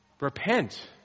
repent